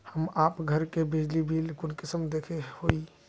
हम आप घर के बिजली बिल कुंसम देखे हुई?